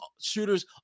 shooters